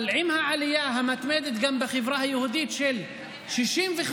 אבל עם העלייה המתמדת גם בחברה היהודית של 65%,